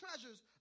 treasures